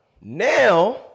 Now